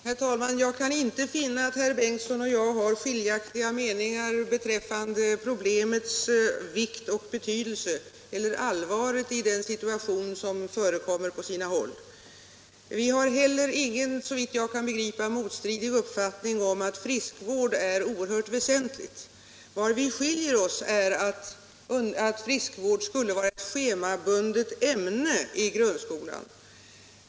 Herr talman! Jag kan inte finna att herr Bengtsson i Göteborg och jag har skiljaktiga meningar beträffande problemets vikt och betydelse eller allvaret i den situation som föreligger på sina håll. Vi har heller inte, såvitt jag begriper, någon motstridig uppfattning när det gäller att friskvård är oerhört väsentligt. Vad vi skiljer oss i är i frågan om att friskvård skulle vara ett schemabundet ämne i grundskolan.